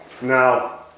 Now